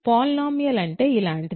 polynomial అంటే ఇలాంటిదే